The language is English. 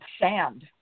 sand